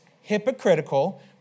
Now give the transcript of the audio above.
hypocritical